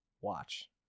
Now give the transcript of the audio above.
watch